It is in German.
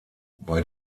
bei